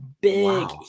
big